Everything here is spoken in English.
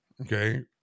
okay